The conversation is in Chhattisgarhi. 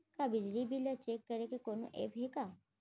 का बिजली बिल ल चेक करे के कोनो ऐप्प हे का?